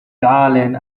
darling